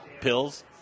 Pills